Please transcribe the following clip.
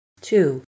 Two